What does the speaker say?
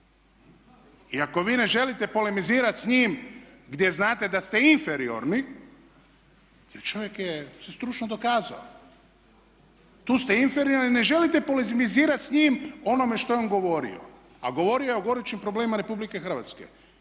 I ako vi ne želite polemizirati s njim gdje znate da ste inferiorni, jer čovjek se stručno dokazao. Tu ste inferiorni, ne želite polemizirati s njim o onome što je on govorio, a govorio je o gorućim problemima RH. Vi želite